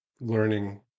learning